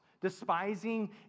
despising